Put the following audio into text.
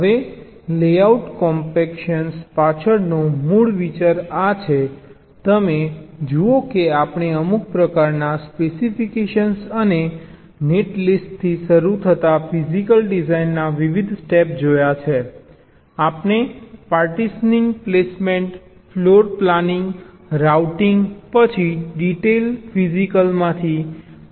હવે layout compaction પાછળનો મૂળ વિચાર આ છે તમે જુઓ કે આપણે અમુક પ્રકારના સ્પેસિફિકેશન અને નેટલિસ્ટથી શરૂ થતા ફિજીકલ ડિઝાઇનના વિવિધ સ્ટેપ જોયા છે આપણે પાર્ટીશનિંગ પ્લેસમેન્ટ ફ્લોરપ્લાનિંગ રાઉટિંગ પછી ડિટેઇલ ફિજીકલ ડિઝાઇનમાંથી પસાર થઈએ છીએ